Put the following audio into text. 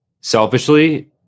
selfishly